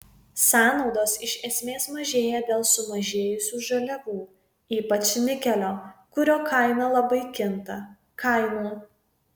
sąnaudos iš esmės mažėjo dėl sumažėjusių žaliavų ypač nikelio kurio kaina labai kinta kainų